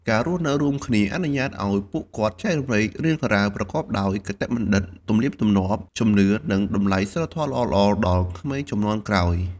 ការរស់នៅរួមគ្នាអនុញ្ញាតឲ្យពួកគាត់ចែករំលែករឿងរ៉ាវប្រកបដោយគតិបណ្ឌិត ទំនៀមទម្លាប់ ជំនឿ និងតម្លៃសីលធម៌ល្អៗដល់ក្មេងជំនាន់ក្រោយ។